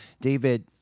David